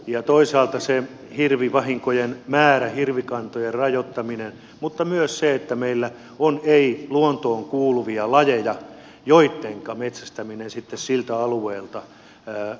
ja toisaalta on se hirvivahinkojen määrä hirvikantojen rajoittaminen mutta myös se että meillä on ei luontoon kuuluvia lajeja joittenka metsästäminen sitten siltä alueelta haitantuisi